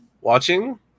Watching